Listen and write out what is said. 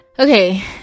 okay